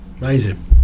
Amazing